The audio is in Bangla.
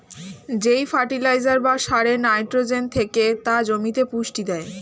যেই ফার্টিলাইজার বা সারে নাইট্রোজেন থেকে তা জমিতে পুষ্টি দেয়